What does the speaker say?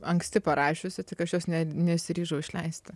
anksti parašiusi tik aš jos ne nesiryžau išleisti